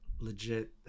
legit